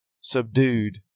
subdued